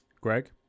Greg